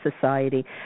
Society